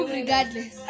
regardless